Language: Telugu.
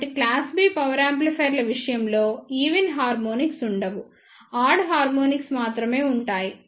కాబట్టి క్లాస్ B పవర్ యాంప్లిఫైయర్ల విషయంలో ఈవెన్ హార్మోనిక్స్ ఉండవు ఆడ్ హార్మోనిక్స్ మాత్రమే ఉంటాయి